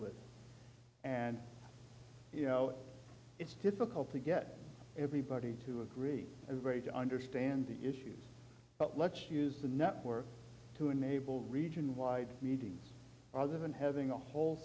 with and you know it's difficult to get everybody to agree very to understand the issues but let's use the network to enable region wide meetings rather than having a whole